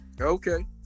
Okay